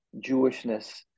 Jewishness